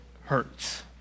hurts